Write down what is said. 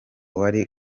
wari